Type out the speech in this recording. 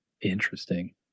Interesting